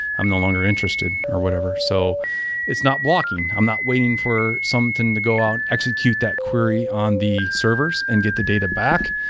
i'm no longer interested or whatever so it's not blocking. i'm not waiting for something to go out, execute that query on the servers and get the data back.